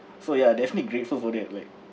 so ya definitely grateful for that like